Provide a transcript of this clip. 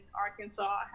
Arkansas